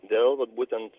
dėl vat būtent